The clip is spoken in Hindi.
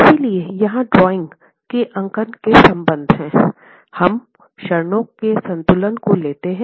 इसलिए यहां ड्राइंग में अंकन के संबंध में हम क्षणों के संतुलन को लेते हैं